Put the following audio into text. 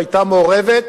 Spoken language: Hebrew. שהיתה מעורבת,